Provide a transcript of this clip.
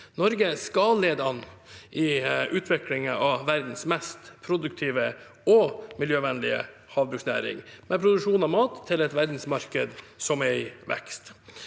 Norge skal lede an i utviklingen av verdens mest produktive og miljøvennlige havbruksnæring med produksjon av mat til et verdensmarked som er i vekst.